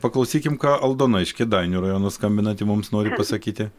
paklausykim ką aldona iš kėdainių rajono skambinanti mums nori pasakyti